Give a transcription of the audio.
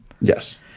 yes